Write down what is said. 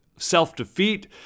Self-defeat